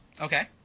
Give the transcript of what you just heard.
Okay